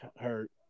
hurt